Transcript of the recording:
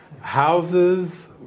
houses